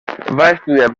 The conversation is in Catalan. estudiar